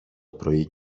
πρωί